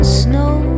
snow